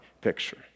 picture